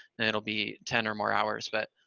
and it'll be ten or more hours, but